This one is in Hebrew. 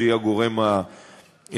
שהיא הגורם המקצועי.